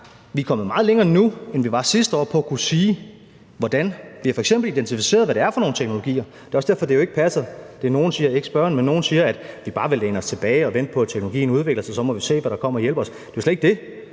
vi er kommet meget længere nu, end vi var sidste år, i forhold til at kunne sige hvordan. Vi har f.eks. identificeret, hvad det er for nogle teknologier, og det er også derfor, det ikke passer, når nogen siger – ikke spørgeren, men nogen – at vi bare vil læne os tilbage og vente på, at teknologien udvikler sig, og så må vi se, hvad der kommer og hjælper os. Det er jo slet ikke det.